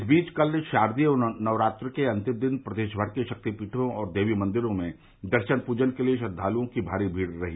इस बीच कल शारदीय नवरात्र के आखिरी दिन प्रदेश भर के शक्तिपीठों और देवी मंदिरों में दर्शन पूजन के लिए श्रद्धालुओं की भारी भीड़ रही